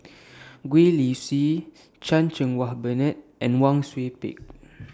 Gwee Li Sui Chan Cheng Wah Bernard and Wang Sui Pick